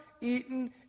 eaten